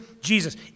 Jesus